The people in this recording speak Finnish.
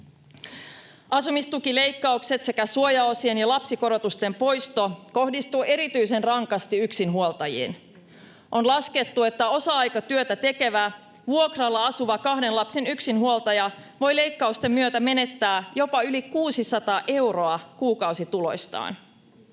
Asumistukileikkaukset sekä suojaosien ja lapsikorotusten poisto kohdistuvat erityisen rankasti yksinhuoltajiin. On laskettu, että osa-aikatyötä tekevä, vuokralla asuva kahden lapsen yksinhuoltaja voi leikkausten myötä menettää jopa yli 600 euroa kuukausituloistaan.